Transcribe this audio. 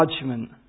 judgment